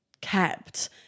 kept